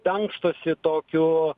dangstosi tokiu